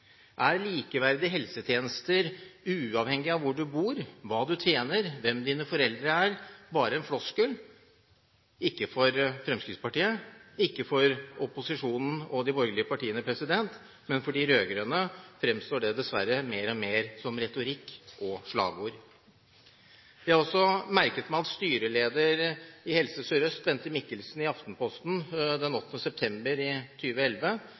Er likeverdige helsetjenester, uavhengig av hvor du bor, hva du tjener, og hvem dine foreldre er, bare en floskel? Ikke for Fremskrittspartiet, ikke for opposisjonen og de borgerlige partiene, men for de rød-grønne fremstår det dessverre mer og mer som retorikk og slagord. Jeg har også merket meg at styreleder i Helse Sør-Øst, Bente Mikkelsen, i Aftenposten den 8. september i